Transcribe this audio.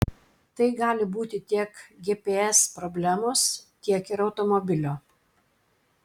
tai gali būti tiek gps problemos tiek ir automobilio